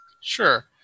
Sure